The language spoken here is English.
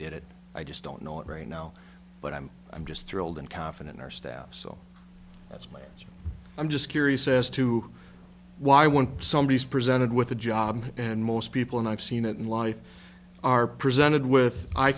did it i just don't know it right now but i'm i'm just thrilled and confident in our staff so that's why i'm just curious as to why when somebody is presented with a job and most people and i've seen it in life are presented with i